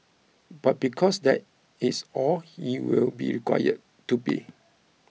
but because that its all he will be required to be